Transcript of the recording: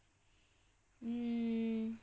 mm